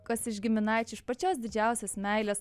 kas iš giminaičių iš pačios didžiausios meilės